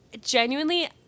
genuinely